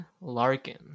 larkin